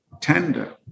tender